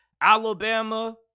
Alabama